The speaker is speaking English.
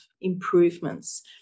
improvements